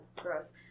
Gross